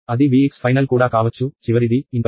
అది Vx final కూడా కావచ్చు చివరిది ఇన్పైనేట్